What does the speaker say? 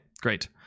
great